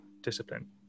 discipline